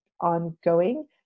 ongoing